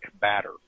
batter